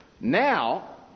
Now